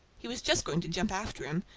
he was just going to jump after him,